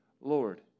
Lord